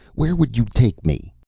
where would you take me?